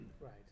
Right